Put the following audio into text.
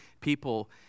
people